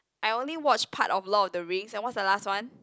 I only watched part of Lord-of-the-Rings and what's the last one